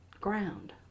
ground